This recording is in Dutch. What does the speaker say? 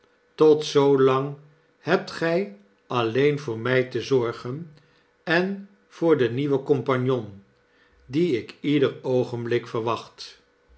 tot zoolang hebt gy alleen voor my te zorgen en voor den nieuwen compagnon dien ik ieder oogenblik wacht